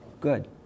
good